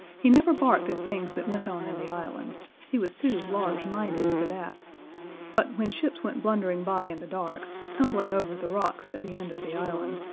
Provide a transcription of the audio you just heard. he never barked at things that went on in the island he was too large-minded for that but when ships went blundering by in the dark, tumbling over the rocks at the end of the island,